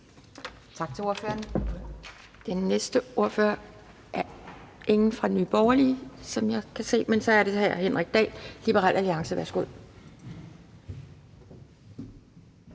Tak til ordføreren. Der er ingen ordfører fra Nye Borgerlige, så vidt jeg kan se, og så er det hr. Henrik Dahl, Liberal Alliance. Værsgo.